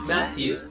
Matthew